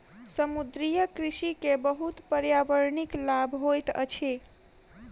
समुद्रीय कृषि के बहुत पर्यावरणिक लाभ होइत अछि